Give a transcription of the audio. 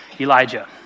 Elijah